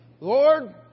Lord